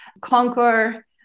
conquer